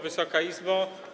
Wysoka Izbo!